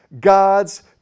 God's